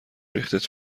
ریختت